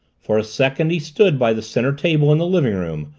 for a second he stood by the center table in the living-room,